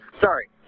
Sorry